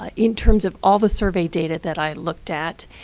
ah in terms of all the survey data that i looked at,